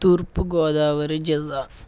తూర్పు గోదావరి జిల్లా